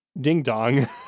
ding-dong